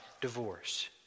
divorce